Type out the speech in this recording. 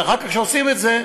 וכשעושים את זה,